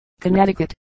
Connecticut